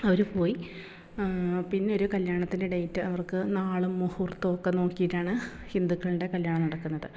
അവർ പോയി പിന്നെ ഒരു കല്യാണത്തിൻ്റെ ഡേറ്റ് അവർക്ക് നാളും മുഹുർത്തമൊക്കെ നോക്കിയിട്ടാണ് ഹിന്ദുക്കളുടെ കല്യാണം നടക്കുന്നത്